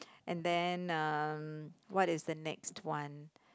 and then um what is the next one